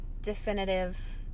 definitive